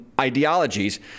ideologies